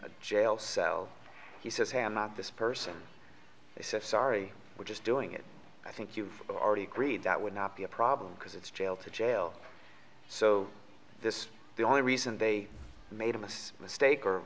a jail cell he says hamma this person they said sorry we're just doing it i think you've already agreed that would not be a problem because it's jail to jail so this the only reason they made a most mistake or